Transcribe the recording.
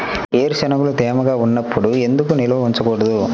వేరుశనగలు తేమగా ఉన్నప్పుడు ఎందుకు నిల్వ ఉంచకూడదు?